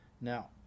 now